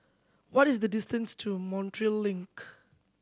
what is the distance to Montreal Link